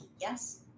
yes